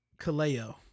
Kaleo